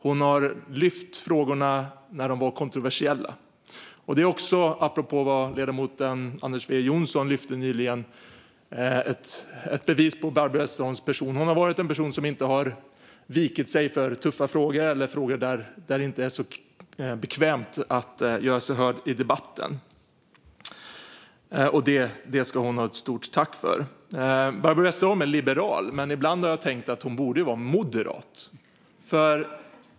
Hon lyfte frågorna när de var kontroversiella. Det är också, apropå vad ledamoten Anders W Jonsson sa nyss, ett bevis på Barbro Westerholms person - hon har varit en person som inte har vikt sig för tuffa frågor eller frågor där det inte är så bekvämt att göra sig hörd i debatten. Det ska hon ha ett stort tack för. Barbro Westerholm är liberal, men ibland har jag tänkt att hon borde vara moderat.